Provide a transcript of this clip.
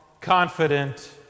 confident